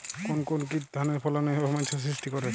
কোন কোন কীট ধানের ফলনে সমস্যা সৃষ্টি করে?